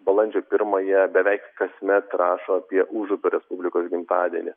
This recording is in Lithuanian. balandžio pirmąją beveik kasmet rašo apie užupio respublikos gimtadienį